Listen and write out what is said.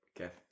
Okay